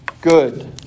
good